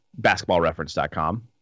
basketballreference.com